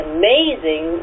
amazing